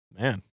Man